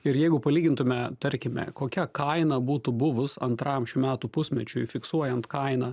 ir jeigu palygintume tarkime kokia kaina būtų buvus antram šių metų pusmečiui fiksuojant kainą